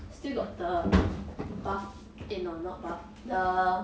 still got the bath eh no not bath the